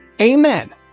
Amen